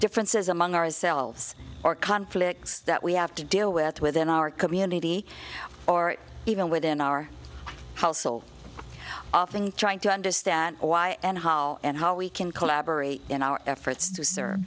differences among ourselves or conflicts that we have to deal with within our community or even within our household often trying to understand why and how and how we can collaborate in our efforts to